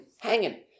hanging